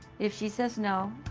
if she says no,